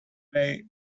away